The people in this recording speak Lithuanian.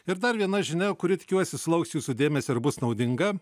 ir dar viena žinia kuri tikiuosi sulauks jūsų dėmesio ir bus naudinga